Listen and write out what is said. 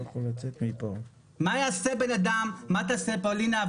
מה יעשה בנאדם מה תעשה פאלינה?